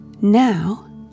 Now